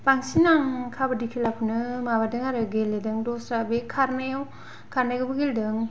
बांसिन आं कबाद्दि खेलाखौनो माबादों आरो गेलेदों दस्रा बे खारनायाव खारनायावबो गेलेदों